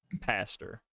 pastor